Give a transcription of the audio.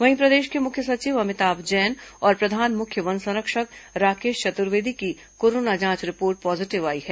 वहीं प्रदेश के मुख्य सचिव अमिताभ जैन और प्रधान मुख्य वन संरक्षक राकेश चतुर्वेदी की कोरोना जांच रिपोर्ट पॉजीटिव आई है